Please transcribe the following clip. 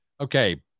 Okay